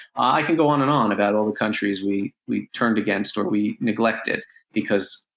i can go on and on about all the countries we we turned against or we neglected because,